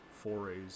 forays